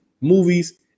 movies